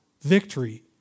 victory